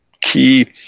key